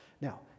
Now